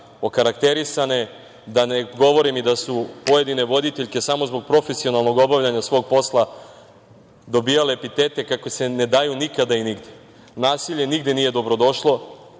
okarakterisane, da ne govorim i da su pojedine voditeljke samo zbog profesionalnog obavljanja svog posla dobijale epitete kakvi se ne daju nikada i nigde. Nasilje nigde nije dobrodošlo,